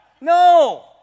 No